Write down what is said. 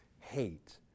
Hate